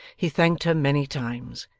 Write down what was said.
he thanked her many times,